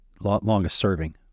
longest-serving